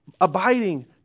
Abiding